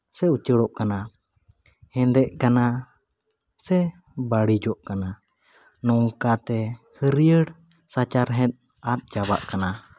ᱥᱮ ᱩᱪᱟᱹᱲᱚᱜ ᱠᱟᱱᱟ ᱦᱮᱸᱫᱮᱜ ᱠᱟᱱᱟ ᱥᱮ ᱵᱟᱹᱲᱤᱡᱚᱜ ᱠᱟᱱᱟ ᱱᱚᱝᱠᱟᱛᱮ ᱦᱟᱹᱨᱭᱟᱹᱲ ᱥᱟᱪᱟᱨᱦᱮᱫ ᱟᱫ ᱪᱟᱵᱟᱜ ᱠᱟᱱᱟ